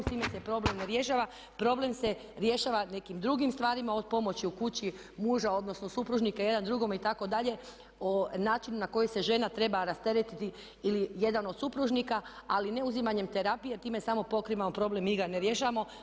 S time se problem ne rješava, problem se rješava nekim drugim stvarima, od pomoći u kući muža odnosno supružnika jedan drugome itd., o načinu na koji se žena treba rasteretiti ili jedan od supružnika ali ne uzimanjem terapije jer time samo pokrivamo problem, mi ga ne rješavamo.